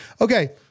Okay